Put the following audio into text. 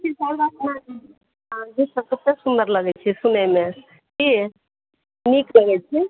गीतसभ कतेक सुन्दर लगैत छै सुनैमे की नीक लगैत छै